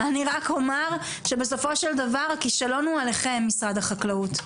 אני רק אומר שבסופו של דבר הכישלון הוא עליכם משרד החקלאות.